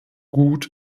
gut